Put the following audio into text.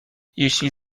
jeśli